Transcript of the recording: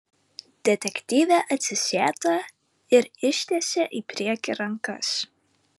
detektyvė atsisėdo ir ištiesė į priekį rankas